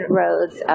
roads